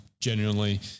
genuinely